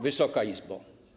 Wysoka Izbo!